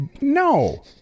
no